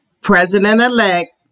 President-elect